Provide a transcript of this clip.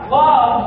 love